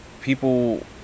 people